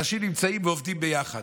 אנשים נמצאים ועובדים ביחד.